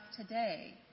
today